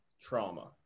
trauma